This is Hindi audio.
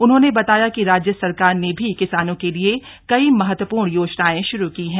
उन्होंने बताया कि राज्य सरकार भी किसानों के लिए कई महत्वपूर्ण योजनाएं शुरू की हैं